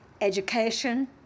education